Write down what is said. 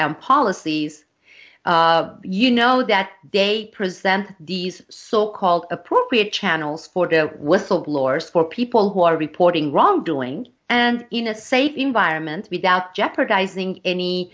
and policies you know that they present these so called appropriate channels for the whistleblowers for people who are reporting wrongdoing and you know a safe environment without jeopardizing any